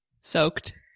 soaked